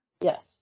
Yes